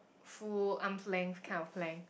full arm's length kind of plank